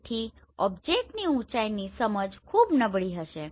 તેથી ઓબ્જેક્ટની ઊચાઈની સમજ ખૂબ નબળી હશે